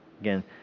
again